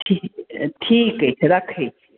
ठीक अछि राखू